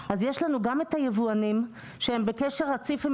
אז יש לנו גם היבואנים שהם בקשר רציף עם